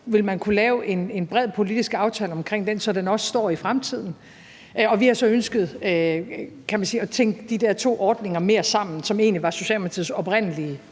ville kunne lave en bred politisk aftale om den, så den også står i fremtiden. Og vi har så ønsket, kan man sige, at tænke de der to ordninger mere sammen, hvilket egentlig var Socialdemokratiets oprindelige